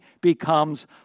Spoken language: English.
becomes